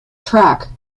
track